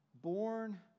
born